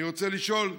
אני רוצה לשאול: